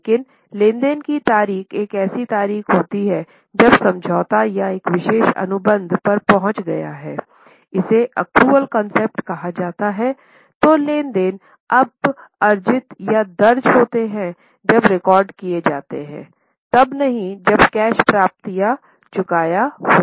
तो लेनदेन जब अर्जित या दर्ज होते हैं तब रिकॉर्ड किये जाते हैं तब नहीं जब कैश प्राप्त या चुकाया हो